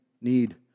need